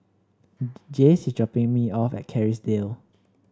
Jace is dropping me off at Kerrisdale